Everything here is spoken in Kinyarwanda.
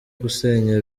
gusenya